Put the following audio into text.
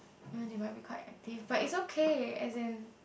you know they may be quite active but is okay as in